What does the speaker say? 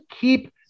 keep